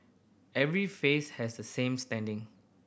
every face has the same standing